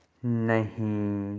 ਨਹੀਂ